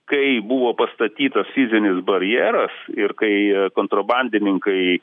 kai buvo pastatytas fizinis barjeras ir kai kontrabandininkai